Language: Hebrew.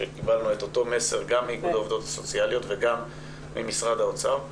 שקיבלנו את אותו מסר גם מאיגוד העובדות הסוציאליות וגם ממשרד האוצר.